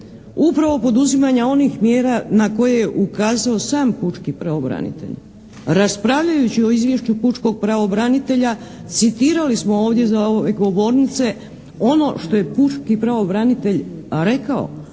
upravo poduzimanja onih mjera na koje je ukazao sam pučki pravobranitelj? Raspravljajući o izvješću pučkog pravobranitelja citirali smo ovdje za ove govornice ono što je pučki pravobranitelj rekao.